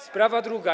Sprawa druga.